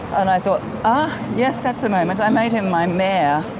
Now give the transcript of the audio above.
and i thought yes, that's the moment, i made him my mayor